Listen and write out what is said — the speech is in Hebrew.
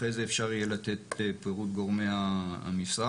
אחרי זה אפשר יהיה לתת פירוט גורמי המשרד.